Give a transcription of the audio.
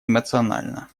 эмоционально